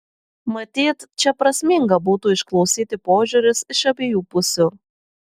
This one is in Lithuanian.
matyt čia prasminga būtų išklausyti požiūrius iš abiejų pusių